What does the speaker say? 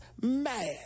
mad